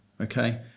okay